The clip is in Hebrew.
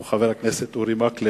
הוא חבר הכנסת אורי מקלב,